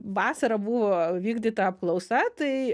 vasarą buvo vykdyta apklausa tai